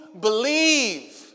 believe